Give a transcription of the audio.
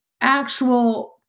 actual